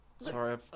Sorry